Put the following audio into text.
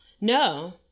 No